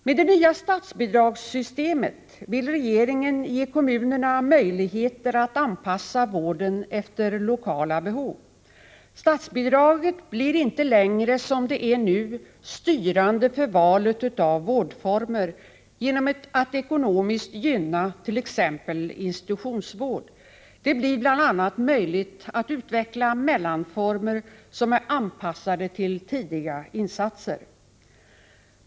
Med det nya statsbidragssystemet vill regeringen ge kommunerna möjligheter att anpassa vården efter lokala behov. Statsbidraget blir inte längre — som det är nu — styrande för valet av vårdformer genom att ekonomiskt gynna t.ex. institutionsvård. Det blir bl.a. möjligt att utveckla mellanformer, som är anpassade till tidiga insatser.